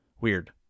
weird